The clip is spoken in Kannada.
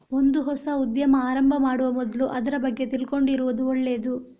ಒಂದು ಹೊಸ ಉದ್ಯಮ ಆರಂಭ ಮಾಡುವ ಮೊದ್ಲು ಅದ್ರ ಬಗ್ಗೆ ತಿಳ್ಕೊಂಡಿರುದು ಒಳ್ಳೇದು